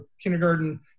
kindergarten